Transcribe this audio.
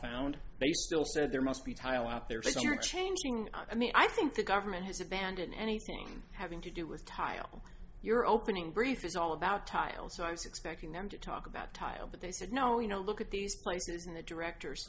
found they still said there must be tile out there so you're changing i mean i think the government has abandoned anything having to do with tile your opening brief is all about tile so i was expecting them to talk about tile but they said no you know look at these places in the director's